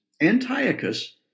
Antiochus